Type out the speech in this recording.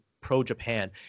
pro-Japan